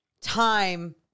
time